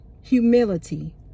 Humility